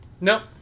Nope